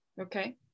Okay